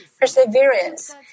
perseverance